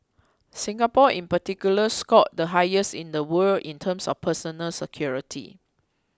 Singapore in particular scored the highest in the world in terms of personal security